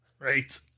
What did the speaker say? Right